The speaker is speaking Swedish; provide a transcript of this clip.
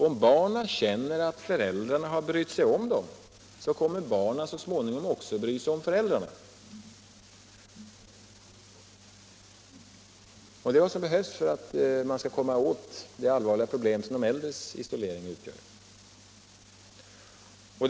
Om barnen känner att föräldrarna bryr sig om dem, kommer de så småningom också att bry sig om föräldrarna. Det är vad som behövs för att man skall komma åt det allvarliga problem som de äldres isolering utgör.